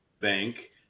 bank